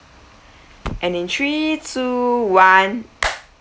and in three two one